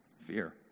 fear